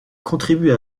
contribuent